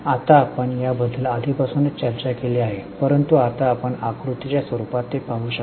आता आपण याबद्दल आधीपासूनच चर्चा केली आहे परंतु आता आपण आकृतीच्या स्वरूपात ते पाहू शकता